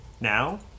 now